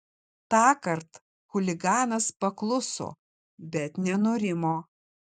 tąkart chuliganas pakluso bet nenurimo